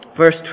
verse